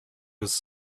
was